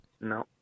No